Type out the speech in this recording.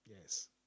Yes